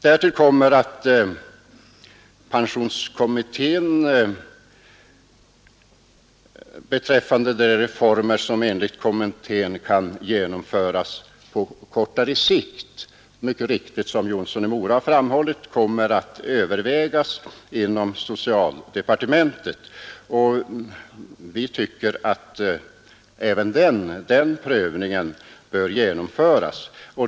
Därtill kommer att de reformer som enligt pensionskommittén kan genomföras på kortare sikt det har också herr Jonsson i Mora framhållit kommer att övervägas inom socialdepartementet. Vi tycker att även den prövningen bör genomföras.